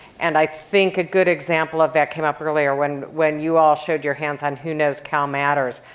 and i think a good example of that came up earlier when when you all showed your hands on who knows calmatters.